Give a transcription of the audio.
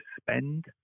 spend